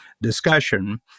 discussion